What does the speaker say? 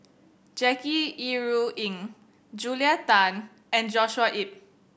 Jackie Yi Ru Ying Julia Tan and Joshua Ip